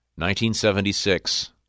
1976